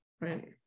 right